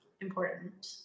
important